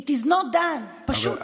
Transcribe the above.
It is not done, פשוט לא.